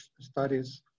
studies